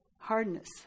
Hardness